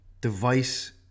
device